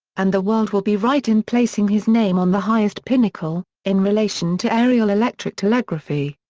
and the world will be right in placing his name on the highest pinnacle, in relation to aerial electric telegraphy.